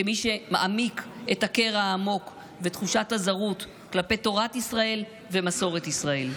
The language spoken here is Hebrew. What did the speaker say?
כמי שמעמיקים את הקרע העמוק ותחושת הזרות כלפי תורת ישראל ומסורת ישראל.